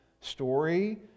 story